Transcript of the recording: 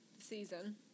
Season